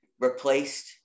replaced